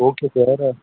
okay sir